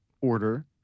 order